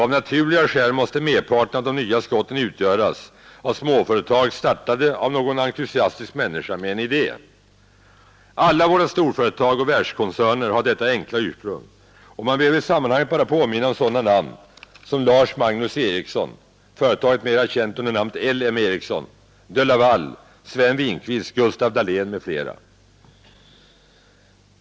Av naturliga skäl måste merparten av de nya skotten utgöras av småföretag startade av någon entusiastisk människa med en idé. Alla våra storföretag och världskoncerner har detta enkla ursprung, och man behöver i sammanhanget bara påminna om sådana namn som Lars Magnus Ericsson — företaget mera känt under namnet L M Ericsson — de Laval, Sven Winquist, Gustaf Dalén m.fl.